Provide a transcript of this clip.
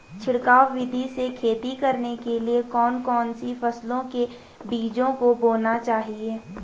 छिड़काव विधि से खेती करने के लिए कौन कौन सी फसलों के बीजों को बोना चाहिए?